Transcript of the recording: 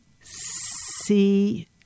see